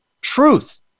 truth